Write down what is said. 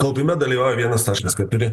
kaupime dalyvauja vienas taškas keturi